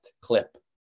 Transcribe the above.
clip